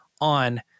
on